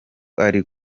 ari